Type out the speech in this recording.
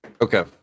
Okay